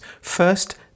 First